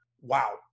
wow